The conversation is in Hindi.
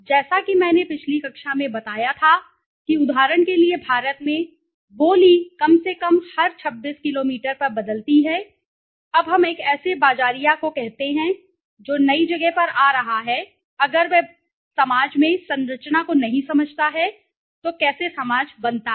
जैसा कि मैंने पिछली कक्षा में भी बताया था कि उदाहरण के लिए भारत में बोली कम से कम हर 26 किलोमीटर पर बदलती है अब हम एक ऐसे बाज़ारिया को कहते हैं जो नई जगह पर आ रहा है अगर वह समाज में संरचना को नहीं समझता है तो कैसे समाज बनता है